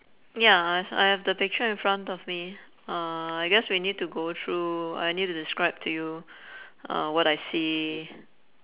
ya I als~ I have the picture in front of me uh I guess we need to go through I need to describe to you uh what I see